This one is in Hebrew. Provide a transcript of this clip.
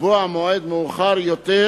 לקבוע מועד מאוחר יותר,